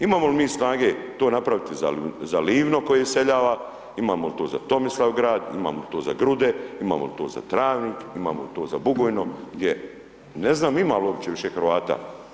Imamo li mi to snage napraviti za Livno koje iseljava, imamo li to za Tomislavgrad, imamo li to za Grude, imamo li to za Travnik, imamo li to za Bugojno, gdje, ne znam ima li uopće više Hrvata.